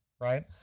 right